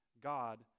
God